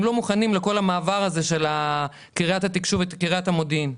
לא מוכנים לכל המעבר הזה של קריית התקשור וקריית המודיעין.